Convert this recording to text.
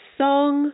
song